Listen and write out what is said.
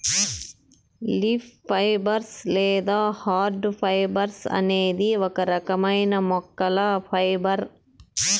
leaf fibres లేదా hard fibres అనేది ఒక రకమైన మొక్కల ఫైబర్